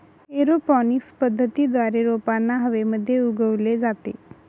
aeroponics पद्धतीद्वारे रोपांना हवेमध्ये उगवले जाते